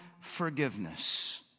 forgiveness